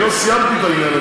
לא סיימתי את העניין,